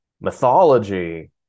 mythology